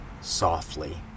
softly